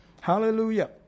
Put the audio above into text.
Hallelujah